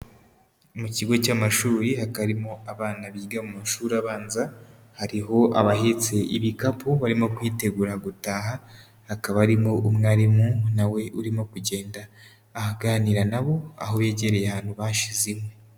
Mu kigo cy'amashuri hakaba harimo abana biga mu mashuri abanza, hariho abahetse ibikapu, barimo kwitegura gutaha, hakaba harimo umwarimu na we urimo kugenda aganira na bo, aho yegereye ahantu bashize inkwi.